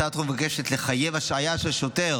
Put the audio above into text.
הצעת החוק מבקשת לחייב השעיה של שוטר